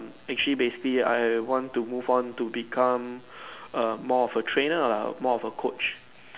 actually basically I want to move on to become err more of a trainer lah more of a coach